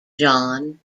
john